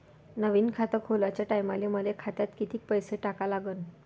नवीन खात खोलाच्या टायमाले मले खात्यात कितीक पैसे टाका लागन?